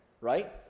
Right